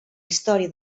història